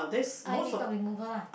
eye makeup removal lah